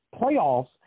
playoffs